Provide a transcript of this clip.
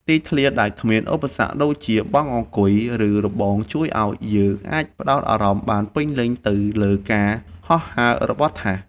ទីធ្លាដែលគ្មានឧបសគ្គដូចជាបង់អង្គុយ ឬរបងជួយឱ្យយើងអាចផ្ដោតអារម្មណ៍បានពេញលេញទៅលើការហោះហើររបស់ថាស។